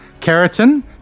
Keratin